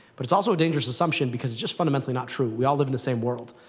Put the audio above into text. but it's also a dangerous assumption because it just fundamentally not true. we all live in the same world.